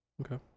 Okay